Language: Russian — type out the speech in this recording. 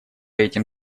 этим